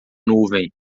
nuvem